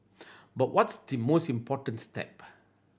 but what's the most important step